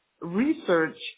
research